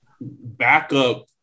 backup